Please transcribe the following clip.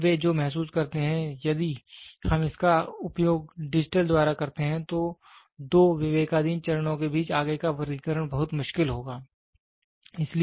और अब वे जो महसूस करते हैं यदि हम इसका उपयोग डिजिटल द्वारा करते हैं तो दो विवेकाधीन चरणों के बीच आगे का वर्गीकरण बहुत मुश्किल हो जाता है